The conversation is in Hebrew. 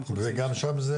גם חוצה-יישובי.